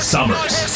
Summers